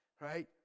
Right